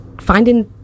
finding